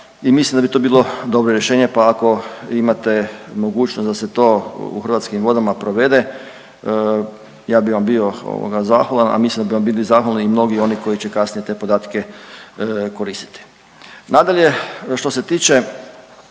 i mislim da bi to bilo dobro rješenje, pa ako imate mogućnost da se to u Hrvatskim vodama provede, ja bi vam bio ovoga zahvalan, a mislim da bi vam bili zahvalni i mnogi oni koji će kasnije te podatke koristiti. Nadalje, što se tiče